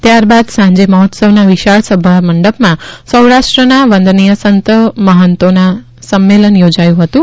ત્યારબાદ સાંજે મહોત્સવના વિશાળ સભામંડપમાં સૌરાષ્ટ્રના વંદનીથ સંતો મહંતોનું સંમેલન યોજાયું હતું